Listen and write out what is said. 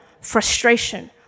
frustration